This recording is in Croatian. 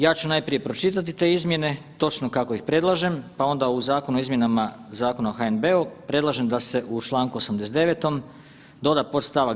Ja ću najprije pročitati te izmjene točno kako ih predlažem, pa onda u Zakonu o izmjenama Zakona o HNB-u predlažem da se u čl. 89. doda podstavak.